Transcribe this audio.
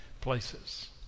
places